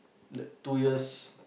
that two years